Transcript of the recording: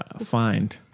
Find